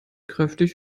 kräftig